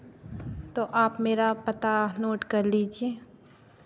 तो आप मेरा पता नोट कर लीजिए